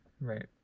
Right